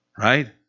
Right